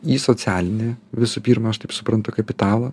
į socialinį visų pirma aš taip suprantu kapitalą